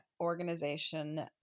organization